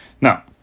Now